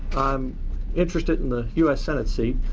i'm interested in the u s. senate seat,